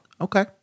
Okay